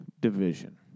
division